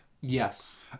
yes